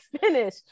finish